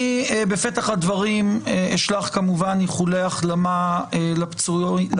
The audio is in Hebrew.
בפתח הדברים אני אשלח כמובן איחולי החלמה לפצועים,